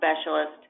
specialist